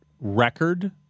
record